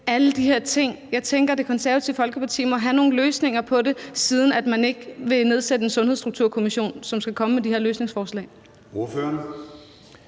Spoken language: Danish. alle de her ting. Jeg tænker, at Det Konservative Folkeparti må have nogle løsninger på det, siden man ikke vil nedsætte en Sundhedsstrukturkommission, som skal komme med de her løsningsforslag. Kl.